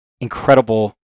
incredible